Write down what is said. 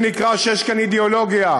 זה נקרא שיש כאן אידיאולוגיה.